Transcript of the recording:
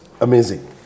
amazing